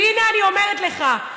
והינה, אני אומרת לך.